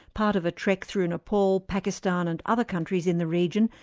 part of a trek through nepal, pakistan and other countries in the region,